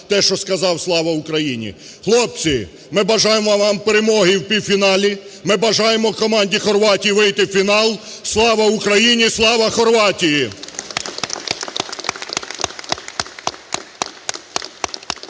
те, що сказав: "Слава Україні!". Хлопці, ми бажаємо вам перемоги і в півфіналі. Ми бажаємо команді Хорватії вийти в фінал. Слава Україні! Слава Хорватії!